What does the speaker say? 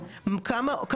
מה בדיוק קרה,